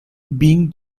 being